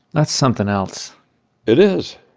that's something else it is.